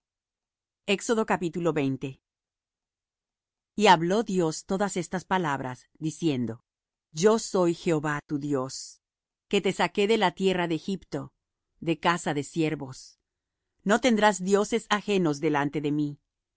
con ellos y hablo dios todas estas palabras diciendo yo soy jehova tu dios que te saqué de la tierra de egipto de casa de siervos no tendrás dioses ajenos delante de mí